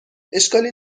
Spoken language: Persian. اشکالی